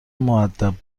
مودب